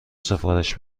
سفارش